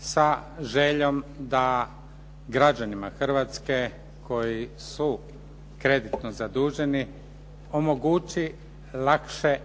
sa željom da građanima Hrvatske koji su kreditno zaduženi omogući lakše